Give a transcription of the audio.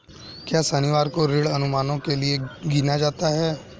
क्या शनिवार को ऋण अनुमानों के लिए गिना जाता है?